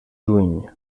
juny